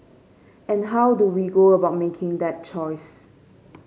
and how do we go about making that choice